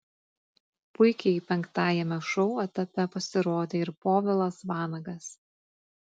puikiai penktajame šou etape pasirodė ir povilas vanagas